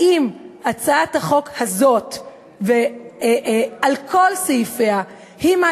האם הצעת החוק הזאת על כל סעיפיה היא מה